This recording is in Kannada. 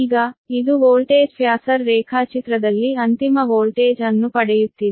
ಈಗ ಇದು ವೋಲ್ಟೇಜ್ ಫ್ಯಾಸರ್ ರೇಖಾಚಿತ್ರದಲ್ಲಿ ಅಂತಿಮ ವೋಲ್ಟೇಜ್ ಅನ್ನು ಪಡೆಯುತ್ತಿದೆ